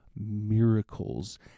miracles